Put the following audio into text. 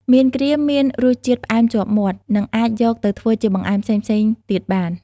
មៀនក្រៀមមានរសជាតិផ្អែមជាប់មាត់ និងអាចយកទៅធ្វើជាបង្អែមផ្សេងៗទៀតបាន។